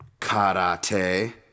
karate